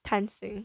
贪心